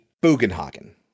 Bugenhagen